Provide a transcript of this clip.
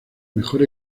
mejor